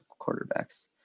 quarterbacks